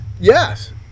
Yes